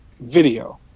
video